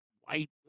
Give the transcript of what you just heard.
white